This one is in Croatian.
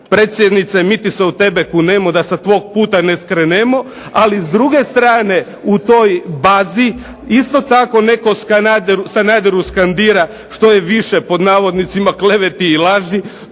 predsjednice mi ti se u tebe kunemo, da sa tvog puta ne skrenemo, ali s druge strane u toj bazi isto tako neko Sanaderu skandira što je više, pod navodnicima, "kleveti i laži"